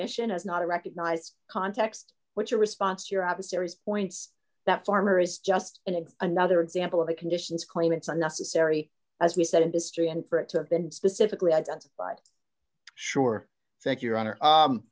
omission is not a recognized context what your response your adversaries points that farmer is just an exe another example of the conditions claim it's unnecessary as he said industry and for it to have been specifically identified sure thank your honor